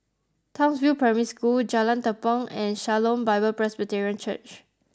Townsville Primary School Jalan Tepong and Shalom Bible Presbyterian Church